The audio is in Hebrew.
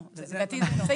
לדעתי זה לא.